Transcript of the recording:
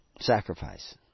Sacrifice